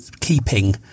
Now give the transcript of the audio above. keeping